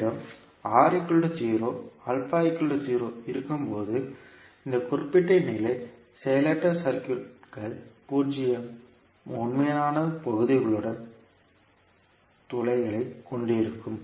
உங்களிடம் இருக்கும்போது இந்த குறிப்பிட்ட நிலை செயலற்ற சர்க்யூட்கள் பூஜ்ஜிய உண்மையான பகுதிகளுடன் துளைகளைக் கொண்டிருக்கும்